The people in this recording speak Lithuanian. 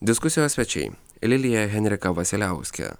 diskusijos svečiai lilija henrika vasiliauskė